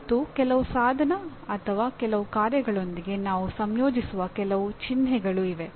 ಮತ್ತು ಕೆಲವು ಸಾಧನ ಅಥವಾ ಕೆಲವು ಕಾರ್ಯಗಳೊಂದಿಗೆ ನಾವು ಸಂಯೋಜಿಸುವ ಕೆಲವು ಚಿಹ್ನೆಗಳು ಇವೆ